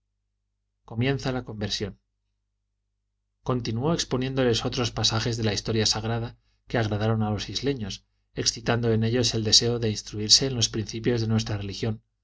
comienza la conversión continuó exponiéndoles otros pasajes de la historia sagrada que agradaron a los isleños excitando en ellos el deseo de instruirse en los principios de nuestra religión